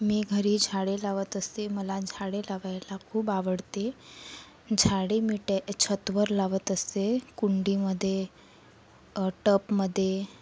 मी घरी झाडे लावत असते मला झाडे लावायला खूप आवडते झाडे मी टे छतावर लावत असते कुंडीमध्ये टबमध्ये